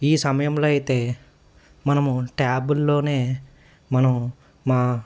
ఈ సమయంలో అయితే మనము ట్యాబుల్లోనే మనం మా